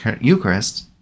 Eucharist